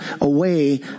away